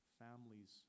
families